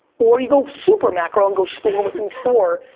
or you go super macro and go store-within-store,